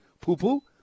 poo-poo